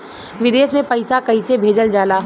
विदेश में पैसा कैसे भेजल जाला?